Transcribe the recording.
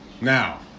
now